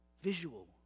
visual